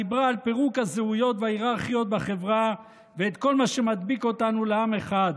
דיברה על פירוק הזהויות וההיררכיות בחברה וכל מה שמדביק אותנו לעם אחד,